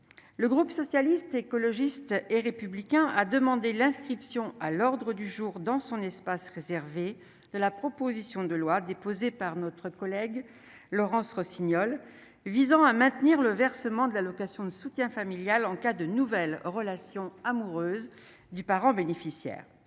le groupe socialiste, écologiste et républicain, a demandé l'inscription à l'ordre du jour dans son espace réservé de la proposition de loi déposée par notre collègue Laurence Rossignol, visant à maintenir le versement de l'allocation de soutien familial en cas de nouvelles relations amoureuses du parent bénéficiaire,